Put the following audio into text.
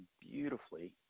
beautifully